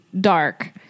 dark